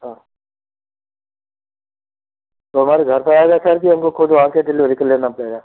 हाँ तो हमारे घर पर आएगा सर कि हमको खुद वहाँ आ के डिलीवरी को लेना पड़ेगा